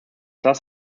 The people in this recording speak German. das